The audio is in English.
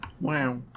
wow